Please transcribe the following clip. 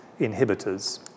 inhibitors